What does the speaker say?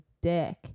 dick